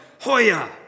Hoya